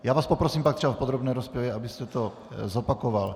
Já vás poprosím pak třeba v podrobné rozpravě, abyste to zopakoval.